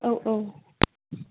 औ औ